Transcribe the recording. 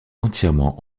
entièrement